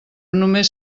només